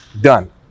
done